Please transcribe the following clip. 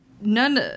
none